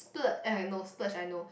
splurge eh I know splurge I know